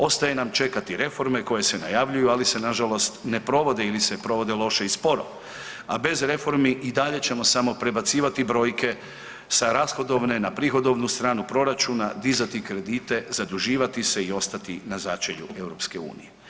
Ostaje nam čekati reforme koje se najavljuju, ali se nažalost ne provode ili se provode loše i sporo, a bez reformi i dalje ćemo samo prebacivati brojke sa rashodovne na prihodovnu stranu proračuna, dizati kredite, zaduživati se i ostati na začelju EU.